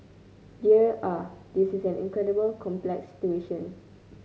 dear ah this is an incredibly complex situation